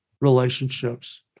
relationships